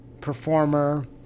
performer